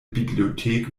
bibliothek